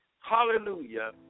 hallelujah